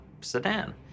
sedan